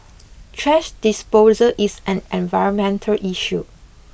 thrash disposal is an environmental issue